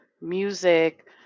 music